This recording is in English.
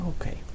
Okay